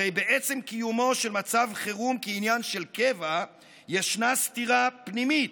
הרי בעצם קיומו של מצב חירום כעניין של קבע ישנה סתירה פנימית.